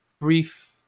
brief